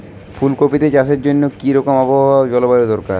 ফুল কপিতে চাষের জন্য কি রকম আবহাওয়া ও জলবায়ু দরকার?